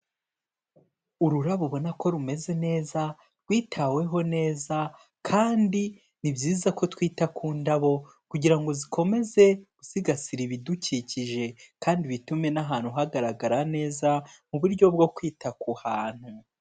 Ururabo ubona ko rumeze neza rwitaweho neza, kandi ni byiza ko twita ku ndabo kugira ngo zikomeze gusigasira ibidukikije, kandi bitume n'ahantu hagaragarara neza mu buryo bwo kwita ku hantu.